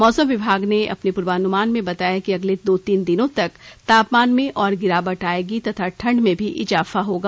मौसम विभाग ने अपने पूर्वानूमान में बताया है कि अगले दो तीन दिनों तक तापमान में और गिरावट आएगी तथा ठंड में भी इजाफा होगा